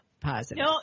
positive